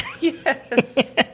Yes